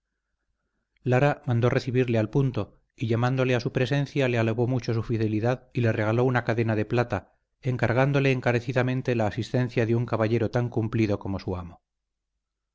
lara mandó recibirle al punto y llamándole a su presencia le alabó mucho su fidelidad y le regaló una cadena de plata encargándole encarecidamente la asistencia de un caballero tan cumplido como su amo